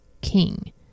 king